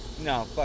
No